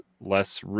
less